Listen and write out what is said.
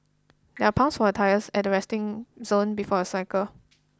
there are pumps for your tyres at the resting zone before you cycle